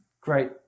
great